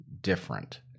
different